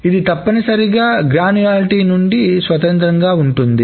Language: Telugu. ఇది తప్పనిసరిగ గ్రాన్యులారిటీ నుండి స్వతంత్రంగా ఉంటుంది